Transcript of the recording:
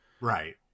Right